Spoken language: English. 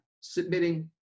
submitting